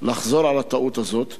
לחזור על הטעות הזאת.